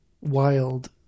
wild